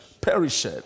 perished